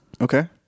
Okay